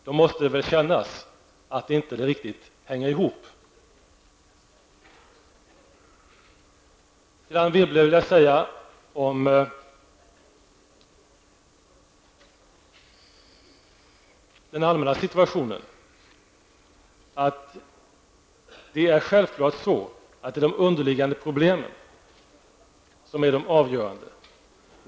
Då måste det väl kännas att det inte riktigt hänger ihop? Till Anne Wibble vill jag om den allmänna sitautionen säga att det självfallet är de underliggande problemen som är avgörande.